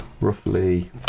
roughly